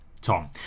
Tom